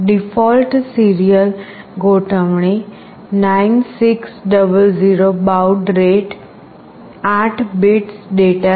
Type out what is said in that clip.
default serial ગોઠવણી 9600 baud rate 8 bits data છે